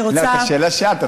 לא, את השאלה שאלת.